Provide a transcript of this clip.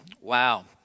wow